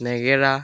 নেগেৰা